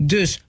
Dus